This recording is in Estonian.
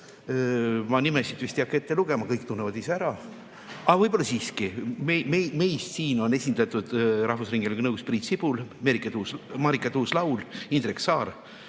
Ma nimesid ei hakka ette lugema, kõik tunnevad ise sära. Aga võib-olla siiski. Meist siin on esindatud rahvusringhäälingu nõukogus Priit Sibul, Marika Tuus‑Laul, Indrek Saar,